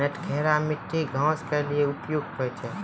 नटखेरा मिट्टी घास के लिए उपयुक्त?